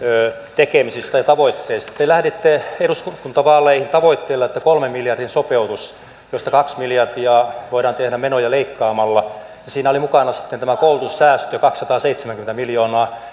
tekemisistä ja tavoitteista te lähditte eduskuntavaaleihin tavoitteella että on kolmen miljardin sopeutus josta kaksi miljardia voidaan tehdä menoja leikkaamalla siinä oli mukana sitten tämä koulutussäästö kaksisataaseitsemänkymmentä miljoonaa